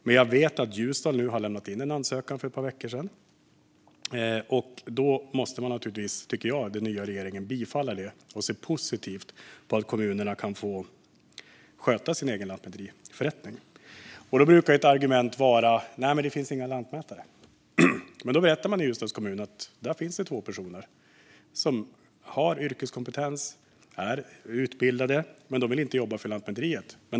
Men jag vet att Ljusdal lämnade in en ansökan för ett par veckor sedan. Då tycker jag naturligtvis att den nya regeringen måste bifalla den och se positivt på att kommunerna kan få sköta sin egen lantmäteriförrättning. Då brukar ett argument vara att det inte finns några lantmätare. Men då berättade man i Ljusdals kommun att det där finns två personer som har yrkeskompetens och är utbildade men som inte vill jobba för Lantmäteriet.